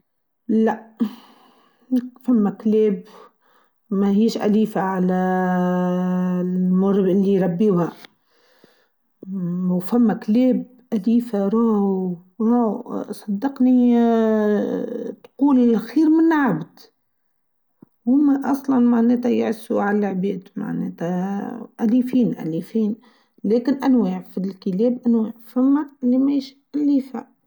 لا فالكلاب ماهيش أليفه على ااا إلي يربيها و فما كلاب أليفه رو رو صدقني ااا تقول خير منه عبد و هما أصلا معناتا يعسو على العباد معناتا أليفين أليفين لاكن أنواع في الكلاب أنواع فما نماش أليفه.